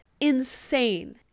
insane